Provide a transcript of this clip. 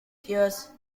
pious